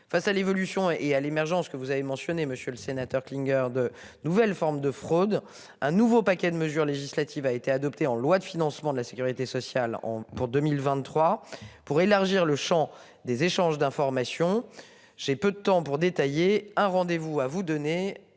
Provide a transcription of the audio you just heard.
face à l'évolution et à l'émergence que vous avez mentionné monsieur le sénateur Klinger de nouvelles formes de fraude, un nouveau paquet de mesures législatives a été adopté en loi de financement de la Sécurité sociale ont pour 2023 pour élargir le Champ des échanges d'informations. J'ai peu de temps pour détailler un rendez vous à vous donner